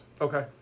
Okay